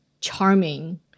charming